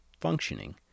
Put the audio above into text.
functioning